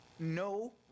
no